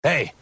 Hey